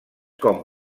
com